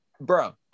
bro